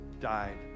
died